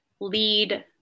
lead